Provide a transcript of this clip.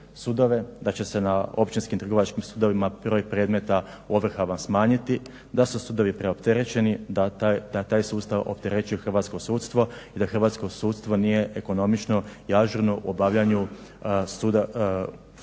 da će se na općinskim trgovačkim sudovima broj predmeta u ovrhama smanjiti, da su sudovi preopterećeni, da taj sustav opterećuje hrvatsko sudstvo i da hrvatsko sudstvo nije ekonomično i ažurno u obavljanju